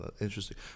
interesting